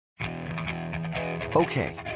Okay